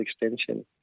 extension